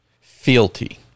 fealty